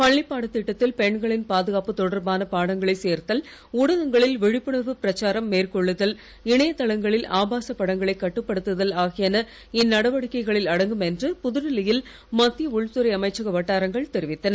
பள்ளிப்பாடத் திட்டத்தில் பெண்களின் பாதுகாப்பு தொடர்பான பாடங்களை சேர்த்தல் ஊடகங்களில் விழிப்புணர்வு பிரச்சாரம் மேற்கொன்ளுதல் இணையதளங்களில் ஆபாச படங்களைக் கட்டுப்படுத்துதல் ஆகியன இந்நடவடிக்கைகளில் அடங்கும் என்று புதுடில்லி யில் மத்திய உள்துறை அமைச்சக வட்டாரங்கள் தெரிவித்தன